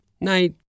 Night